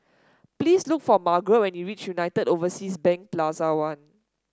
please look for Margret when you reach United Overseas Bank Plaza One